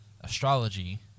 astrology